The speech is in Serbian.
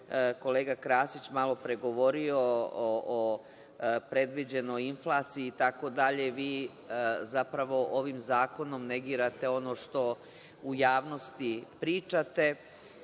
kolega Krasić malopre govorio o predviđenoj inflaciji, i dalje vi, zapravo ovim zakonom negirate ono što u javnosti pričate. Niste,